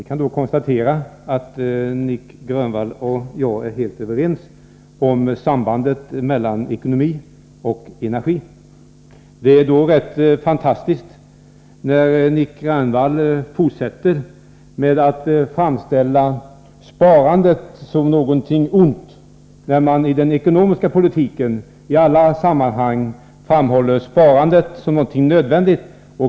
Fru talman! Vi kan konstatera att Nic Grönvall och jag är helt överens om sambandet mellan ekonomi och energi. Det är då rätt fantastiskt att Nic Grönvall fortsätter med att framställa sparandet som någonting ont, när moderaterna i den ekonomiska politiken i alla sammanhang framhåller sparandet som något nödvändigt. O. K.